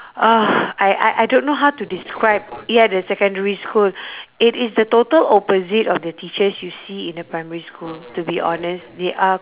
uh I I I don't know how to describe ya the secondary school it is the total opposite of the teachers you see in the primary school to be honest they are